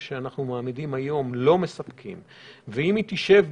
השרים שמעוגנת בסעיף 11. המלצת צוות השרים היא